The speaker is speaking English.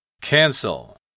Cancel